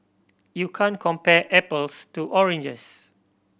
you can't compare apples to oranges